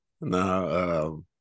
Now